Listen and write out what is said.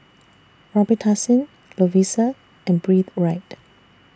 Robitussin Lovisa and Breathe Right